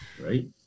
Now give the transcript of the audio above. right